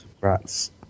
Rats